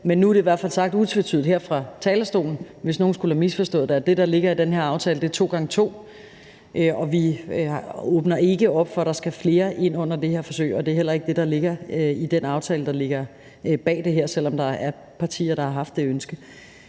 men nu er det i hvert fald sagt utvetydigt her fra talerstolen, hvis nogen skulle have misforstået det, at det, der ligger i den her aftale, er to gange to, og vi åbner ikke op for, at der skal flere ind under det her forsøg, og det er heller ikke det, der ligger i den aftale, der ligger bag det her, selv om der er partier, der har haft det ønske.